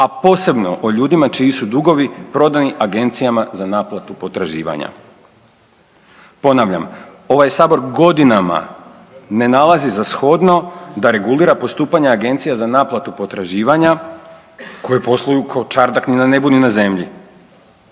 a posebno o ljudima čiji su dugovi prodani agencijama za naplatu potraživanja. Ponavljam, ovaj Sabor godinama ne nalazi za shodno da regulira postupanje agencija za naplatu potraživanja koje posluju kao čardak, ni na nebu ni na zemlji.